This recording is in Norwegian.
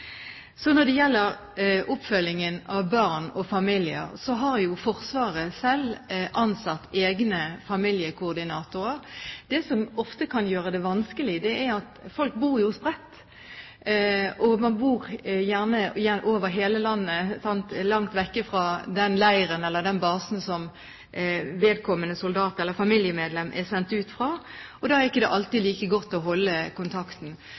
Når det gjelder oppfølgingen av barn og familier, har Forsvaret selv ansatt egne familiekoordinatorer. Det som ofte kan gjøre det vanskelig, er at folk bor spredt, man bor over hele landet, langt vekk fra den leiren eller den basen som vedkommende soldat eller familiemedlem er sendt ut fra, og da er det ikke alltid like godt å holde kontakten.